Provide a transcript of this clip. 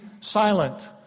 silent